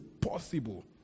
possible